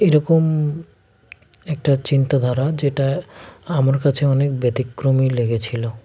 এরকম একটা চিন্তাধারা যেটা আমার কাছে অনেক ব্যতিক্রমী লেগেছিলো